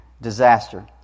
disaster